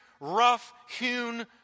rough-hewn